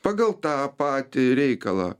pagal tą patį reikalą